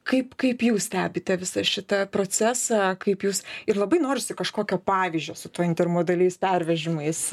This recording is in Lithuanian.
kaip kaip jūs stebite visą šitą procesą kaip jūs ir labai norisi kažkokio pavyzdžio su tuo intermodaliais pervežimais